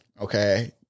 okay